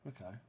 Okay